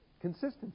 Consistency